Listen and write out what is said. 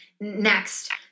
next